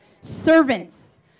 Servants